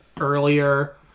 earlier